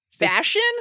Fashion